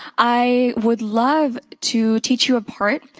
i would love to teach you a part.